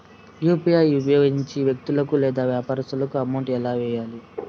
UPI ఉపయోగించి వ్యక్తులకు లేదా వ్యాపారస్తులకు అమౌంట్ ఎలా వెయ్యాలి